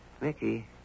Mickey